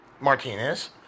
Martinez